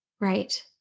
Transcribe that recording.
Right